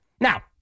Now